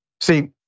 See